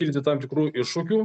kilti tam tikrų iššūkių